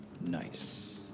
Nice